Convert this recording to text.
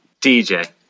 DJ